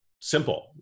simple